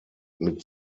mit